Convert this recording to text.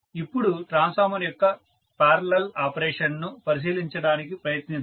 ఇప్పుడు ట్రాన్స్ఫార్మర్ యొక్క parallel operation ను పరిశీలించడానికి ప్రయత్నిద్దాం